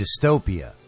dystopia